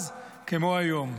אז כמו היום.